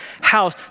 house